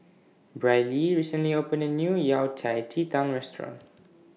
Brylee recently opened A New Yao Cai Ji Tang Restaurant